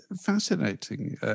fascinating